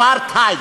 אפרט-הייד.